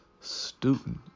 student